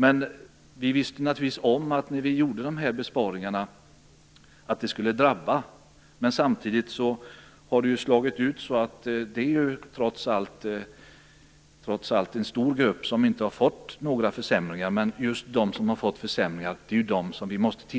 Men vi kan konstatera att vi, när vi gjorde dessa besparingar, naturligtvis visste att de skulle drabba människor. Men samtidigt vet vi att det trots allt är en stor grupp som inte har fått några försämringar. Men det är just för de människor som har fått försämringar som vi måste